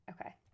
Okay